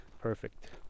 perfect